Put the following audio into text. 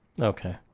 Okay